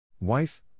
Wife